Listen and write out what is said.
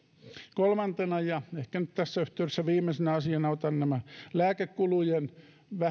kolmantena ja ehkä nyt tässä yhteydessä viimeisenä asiana otan lääkekulujen